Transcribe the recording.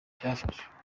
cyafashwe